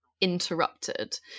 interrupted